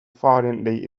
violently